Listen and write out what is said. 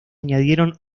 añadieron